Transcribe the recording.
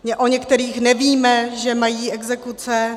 O některých nevíme, že mají exekuce.